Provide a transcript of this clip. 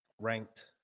ranked